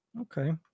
Okay